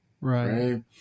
Right